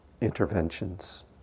interventions